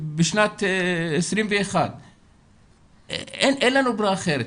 בשנת 2021. אין לנו ברירה אחרת.